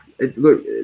Look